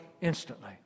instantly